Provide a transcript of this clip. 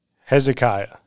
Hezekiah